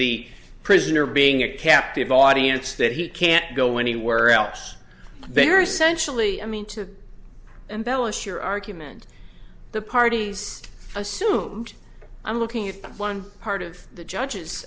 the prisoner being a captive audience that he can't go anywhere else very sensually i mean to embellish your argument the parties assume i'm looking at one part of the judge